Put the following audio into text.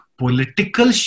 political